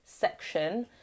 section